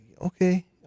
okay